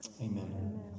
Amen